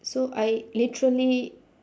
so I literally